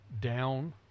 down